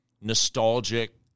nostalgic